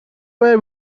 were